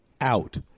out